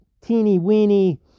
teeny-weeny